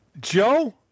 Joe